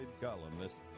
columnist